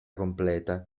completa